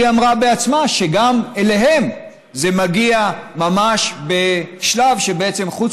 היא עצמה אמרה שגם אליהם זה מגיע ממש בשלב שבעצם חוץ